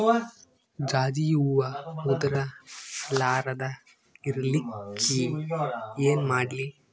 ಜಾಜಿ ಹೂವ ಉದರ್ ಲಾರದ ಇರಲಿಕ್ಕಿ ಏನ ಮಾಡ್ಲಿ?